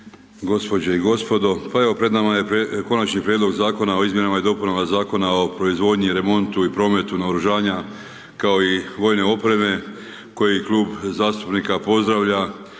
gospođe i gospodo. Pa evo pred nama je Konačnije prijedlog zakona o izmjenama i dopunama Zakona o proizvodnju, remontu i prometu naoružanja kao i vojne opreme, koji klub zastupnika pozdravlja